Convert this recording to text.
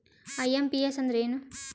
IMPS ಅಂದ್ರ ಏನು?